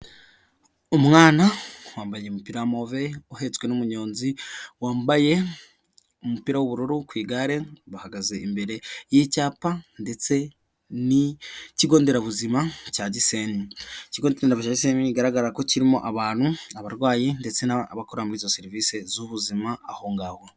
Umwana wambaye umupiramove uhetswe n'umuyonzi wambaye umupira w'ubururu ku igare bahagaze imbere y'icyapa ndetse n'ikigo nderabuzima cyase bigaragara ko kirimo abantu abarwayi ndetseabakora muri izi serivisi z'ubuzima ahongaho.